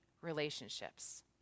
relationships